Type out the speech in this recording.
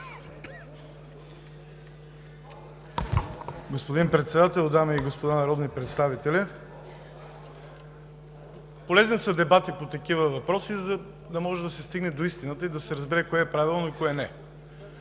Господин Председател, дами и господа народни представители, полезни са дебати по такива въпроси, за да може да се стигне до истината и да се разбере кое е правилно и кое не.